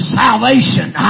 salvation